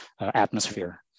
atmosphere